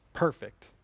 Perfect